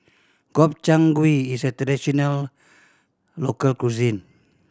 Gobchang Gui is a traditional local cuisine